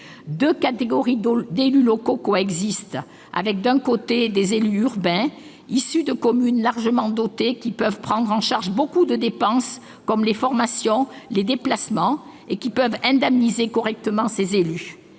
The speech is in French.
deux catégories d'élus locaux coexistent, avec, d'un côté, des élus urbains, issus de communes largement dotées pouvant prendre en charge des dépenses comme celles de formation ou de déplacements et indemniser correctement leurs élus,